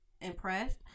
impressed